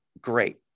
great